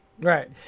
Right